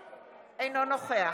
הקרוב לבתיהם, ישלמו מחיר